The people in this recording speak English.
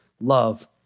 love